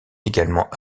également